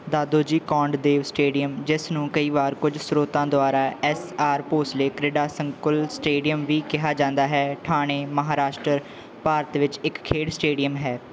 Dadoji Konddev stadium ਜਿਸ ਨੂੰ ਕਈ ਵਾਰ ਕੁਝ ਸਰੋਤਾਂ ਦੁਆਰਾ S R Bhosle Krida Sankul stadium ਵੀ ਕਿਹਾ ਜਾਂਦਾ ਹੈ ਠਾਣੇ ਮਹਾਰਾਸ਼ਟਰ ਭਾਰਤ ਵਿੱਚ ਇੱਕ ਖੇਡ ਸਟੇਡੀਅਮ ਹੈ